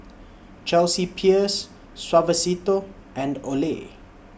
Chelsea Peers Suavecito and Olay